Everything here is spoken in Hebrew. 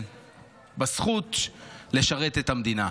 בזכות לשרת את המדינה.